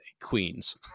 Queens